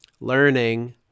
Learning